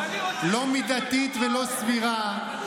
לא מידתית ולא סבירה,